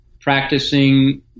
practicing